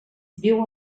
viu